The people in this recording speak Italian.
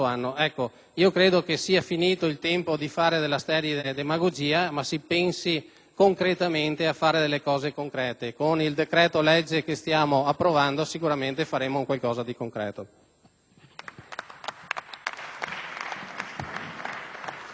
realmente a fare le cose concrete. Con il disegno di legge che stiamo approvando sicuramente faremo qualcosa di concreto.